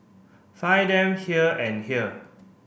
find them here and here